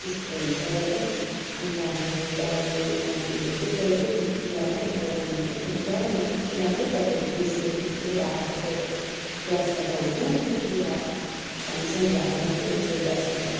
त्यस्तो हुन्छ हो अन्त हाम्रो बाबै आमैहरूले चैँ पहिल्यैदेखि चुल्हामै अब पकाउनु हुन्थ्यो अन्त प्रायः म त चुल्हामै पकाउँछु बेसी अब ठुल्ठुलो भाँडा पकाउँदा ग्यासमा त हुँदैन ठुल्ठुलो भाँडा सान्सानु भाँडा मात्र हुन्छ ग्यासमा त